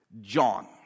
John